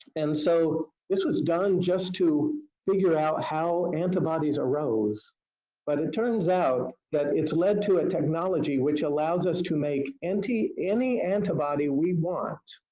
and so this was done just to figure out how antibodies arose but it turns out that it's led to a technology which allows us to make any any antibody we want